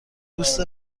دوست